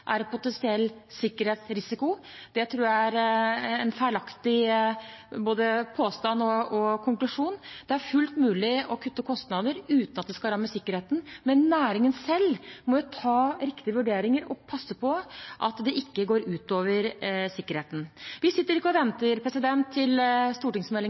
potensiell sikkerhetsrisiko. Det tror jeg er feilaktig – både påstand og konklusjon. Det er fullt mulig å kutte kostnader uten at det skal ramme sikkerheten, men næringen selv må ta riktige vurderinger og passe på at det ikke går ut over sikkerheten. Vi sitter ikke og venter til stortingsmeldingen